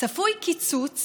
צפוי קיצוץ